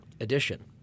edition